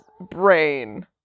brain